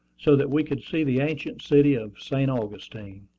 so that we could see the ancient city of st. augustine.